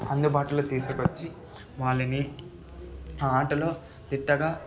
అందుబాటులో తీసుకొచ్చి వాళ్ళని ఆటలో దిట్టగా